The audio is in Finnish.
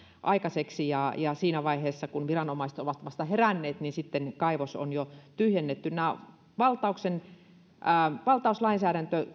aikaiseksi siinä vaiheessa kun viranomaiset ovat vasta heränneet niin sitten kaivos on jo tyhjennetty tuntuu että valtauslainsäädäntö